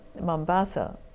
Mombasa